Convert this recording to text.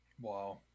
Wow